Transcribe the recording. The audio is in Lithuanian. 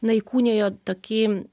na įkūnijo tokį